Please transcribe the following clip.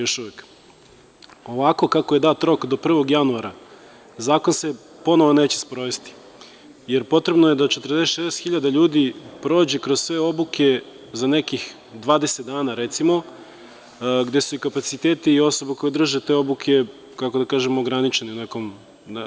Ovako kako je dat rok do 1. januara zakon se ponovo neće sprovesti jer potrebno je da 46.000 ljudi prođe kroz sve obuke za nekih 20 dana, recimo, gde su i kapaciteti osoba koje drže te obuke, kako da kažem ograničene.